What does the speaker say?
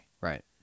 Right